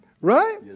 right